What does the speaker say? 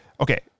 okay